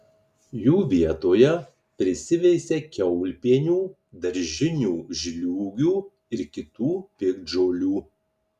jų vietoje prisiveisia kiaulpienių daržinių žliūgių ir kitų piktžolių